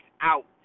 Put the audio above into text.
out